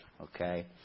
okay